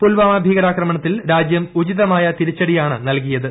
പുൽവാമ ഭീകരാക്രമണത്തിൽ രാജ്യം ഉചിതമായ തിരിച്ചടിയാണ് നൽകിയത്